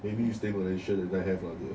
may be you stay malaysia have lah dear